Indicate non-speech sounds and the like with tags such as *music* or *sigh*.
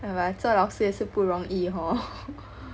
ah but 做老师也是不容易 hor *laughs*